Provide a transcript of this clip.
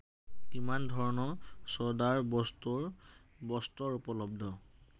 কিমান ধৰণৰ চ'ডাৰ বস্তুৰ বস্তু উপলব্ধ